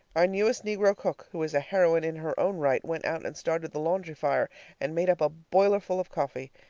our newest negro cook, who is a heroine in her own right, went out and started the laundry fire and made up a boilerful of coffee.